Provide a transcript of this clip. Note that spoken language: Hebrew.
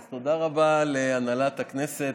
אז תודה רבה להנהלת הכנסת.